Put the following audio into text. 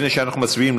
לפני שאנחנו מצביעים,